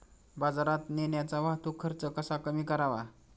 बाजारात नेण्याचा वाहतूक खर्च कसा कमी करावा?